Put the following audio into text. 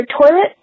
toilet